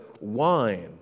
wine